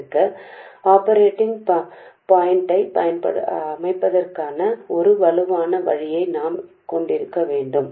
కాబట్టి operating point ఏర్పాటుకు మరింత బలమైన మార్గం కావాలి అందుచే జిఎమ్ ఇప్పుడు ఇంతకుముందు మారుతూ ఉండదు